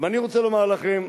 אני רוצה לומר לכם,